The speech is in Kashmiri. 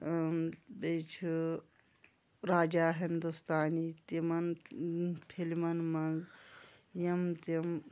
بیٚیہِ چھُ راجا ہنُدوستانی تِمن فِلمنٛ منٛز یِم تِم